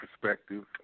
perspective